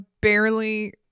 barely